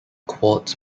quartz